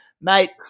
Mate